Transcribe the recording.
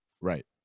Right